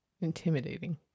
intimidating